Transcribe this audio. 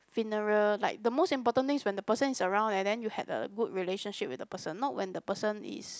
funeral like the most important thing is when the person is around and then you had a good relationship with the person not when the person is